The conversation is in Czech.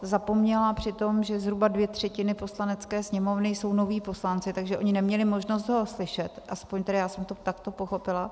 Zapomněla přitom, že zhruba dvě třetiny Poslanecké sněmovny jsou noví poslanci, takže oni neměli možnost ho slyšet, aspoň tedy já jsem to takto pochopila.